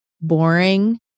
boring